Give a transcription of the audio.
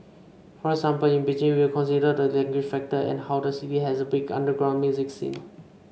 for example in Beijing we will consider the language factor and how the city has a big underground music scene